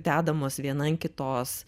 dedamos viena kitos